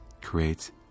creates